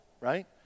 right